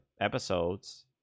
episodes